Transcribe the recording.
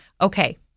Okay